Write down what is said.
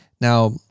Now